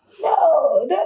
no